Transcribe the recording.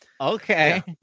Okay